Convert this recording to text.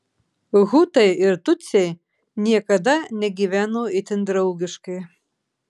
hutai ir tutsiai niekada negyveno itin draugiškai